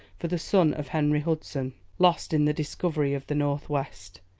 for the son of henry hudson, lost in the discovery of the north-west,